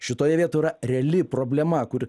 šitoje vietoj yra reali problema kur